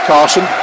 Carson